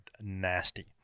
nasty